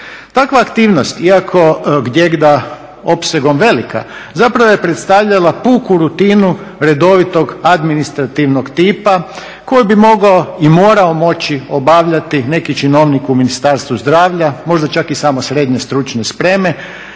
Takva aktivnost iako gdjeda opsegom velika zapravo je predstavlja puku rutinu redovitog administrativnog tipa koji bi mogao i morao moći obavljati neki činovnik u Ministarstvu zdravlja možda čak i samo SSS i ona sasvim